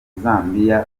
zambia